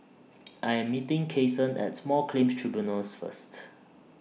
I Am meeting Cason At Small Claims Tribunals First